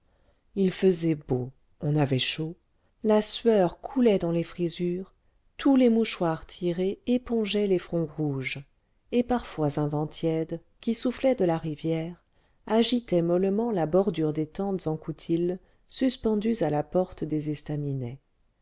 il faisait beau on avait chaud la sueur coulait dans les frisures tous les mouchoirs tirés épongeaient les fronts rouges et parfois un vent tiède qui soufflait de la rivière agitait mollement la bordure des tentes en coutil suspendues à la porte des estaminets